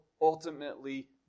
ultimately